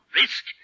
risk